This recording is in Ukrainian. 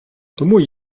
тому